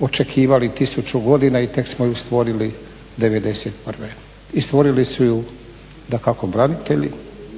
očekivali 1000 godina i tek smo ju stvorili '91. I stvorili su ju dakako branitelji,